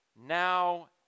now